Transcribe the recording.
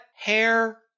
hair